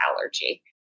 allergy